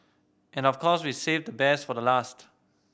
and of course we've saved the best for last